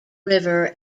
river